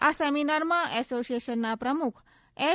આ સેમિનારમાં એસોસિએશનના પ્રમુખ એસ